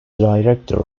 director